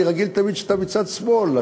אני רגיל תמיד שאתה מצד שמאל,